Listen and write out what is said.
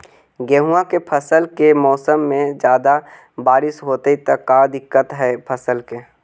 गेहुआ के फसल के मौसम में ज्यादा बारिश होतई त का दिक्कत हैं फसल के?